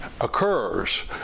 occurs